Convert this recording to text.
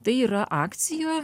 tai yra akcija